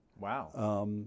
Wow